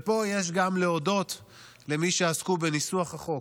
ופה יש גם להודות למי שעסקו בניסוח החוק,